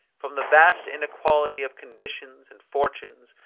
from the vast inequality of conditions and fortunes,